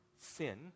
sin